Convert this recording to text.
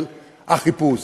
של החיפוש.